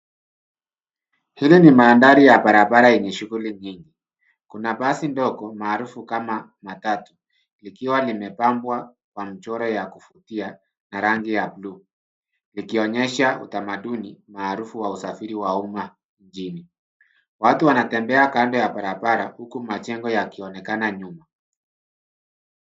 Hili mandhari ya barabara enye shuguli nyingi. Kuna basi ndogo maarufu kama matatu likiwa limepambwa kwa mchoro ya kuvutia na rangi ya buluu ikionyesha utamaduni maarufu ya usafiri wa umma mjini. Watu wanatembea kando ya barabara huku majengo yakionekana nyuma.